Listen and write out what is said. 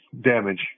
damage